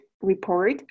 report